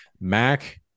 Mac